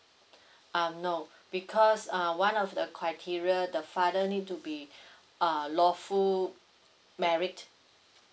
um no because uh one of the criteria the father need to be uh lawful married